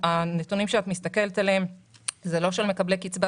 הנתונים שאת מסתכלת עליהם הם לא של מקבלי קצבת